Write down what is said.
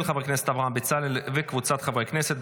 של חבר הכנסת אברהם בצלאל וקבוצת חברי הכנסת,